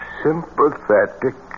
sympathetic